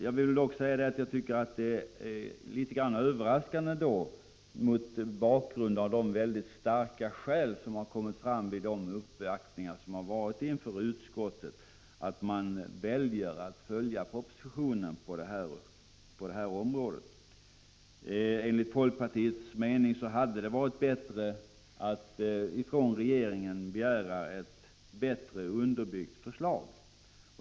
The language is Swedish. Jag vill dock säga att det är litet överraskande, mot bakgrund av de mycket starka skäl som har kommit fram vid de uppvaktningar som gjorts inför utskottet, att man väljer att följa propositionen på detta område. Enligt folkpartiets mening borde man av regeringen begära ett bättre underbyggt förslag.